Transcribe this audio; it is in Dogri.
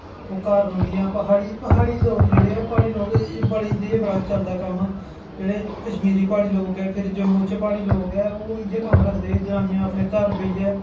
ओह् घर रौह्ंदियां पहाड़ी पहाड़ी लोग जेह्ड़े ऐ पहाड़ी लोग एह् बड़ी एह् बड़ा चलदा कम्म जेह्ड़े कश्मीरी पहाड़ी लोग ऐ फिर जम्मू च पहाड़ी लोग ऐ ओह् इ'य्यै कम्म रक्खदे जनानियां अपने घर बैहियै